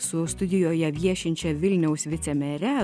su studijoje viešinčia vilniaus vicemere